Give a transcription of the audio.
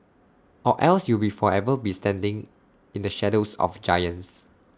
or else you will forever be standing in the shadows of giants